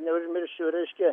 neužmiršiu reiškia